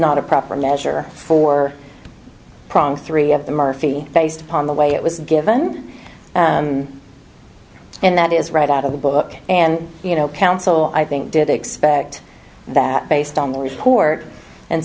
not a proper measure for prong three of the murphy based upon the way it was given and that is right out of the book and you know counsel i think did expect that based on the report and